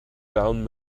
down